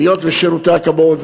היות ששירותי הכבאות,